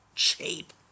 cheap